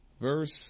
Verse